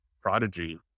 Prodigy